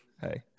Hey